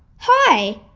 hi!